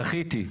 זכיתי.